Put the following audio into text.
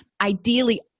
Ideally